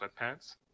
sweatpants